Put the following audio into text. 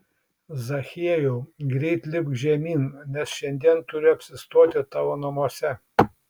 zachiejau greit lipk žemyn nes šiandien turiu apsistoti tavo namuose